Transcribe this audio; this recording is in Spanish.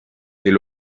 del